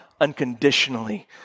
unconditionally